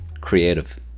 creative